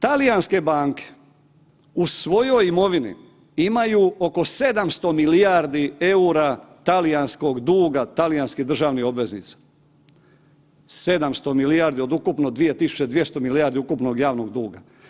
Talijanske banke u svojoj imovini imaju oko 700 milijardi EUR-a talijanskog duga, talijanskih državnih obveza, 700 milijardi od ukupno 2200 milijardi ukupnog javnog duga.